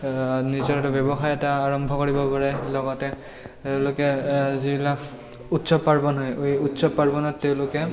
নিজৰ এটা ব্যৱসায় এটা আৰম্ভ কৰিব পাৰে লগতে তেওঁলোকে যিবিলাক উৎসৱ পাৰ্বন হয় এই উৎসৱ পাৰ্বনত তেওঁলোকে